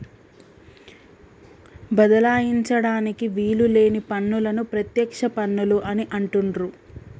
బదలాయించడానికి వీలు లేని పన్నులను ప్రత్యక్ష పన్నులు అని అంటుండ్రు